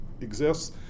exists